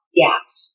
gaps